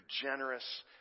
generous